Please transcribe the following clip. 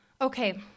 Okay